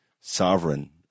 sovereign